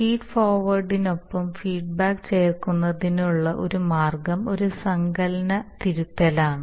feed ഫോർവേർഡിനൊപ്പം feedback ചേർക്കുന്നതിനുള്ള ഒരു മാർഗ്ഗം ഒരു സങ്കലന തിരുത്തലാണ്